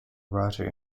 writer